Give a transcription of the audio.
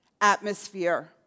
atmosphere